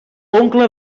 oncle